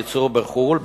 לייצור בחוץ-לארץ,